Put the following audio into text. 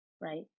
right